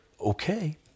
okay